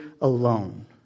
alone